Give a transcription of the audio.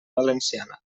valenciana